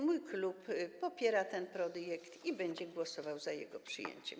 Mój klub popiera ten projekt i będzie głosował za jego przyjęciem.